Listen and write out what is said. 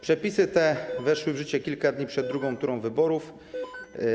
Przepisy te weszły w życie kilka dni przed drugą turą wyborów.